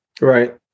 right